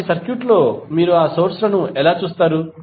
కాబట్టి సర్క్యూట్లో మీరు ఆ సోర్స్ లను ఎలా చూస్తారు